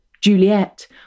Juliet